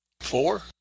Four